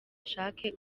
canke